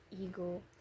Ego